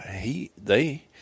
he—they—